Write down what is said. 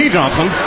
Johnson